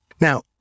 Now